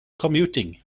commuting